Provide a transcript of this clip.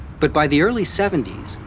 but by the early seventy s,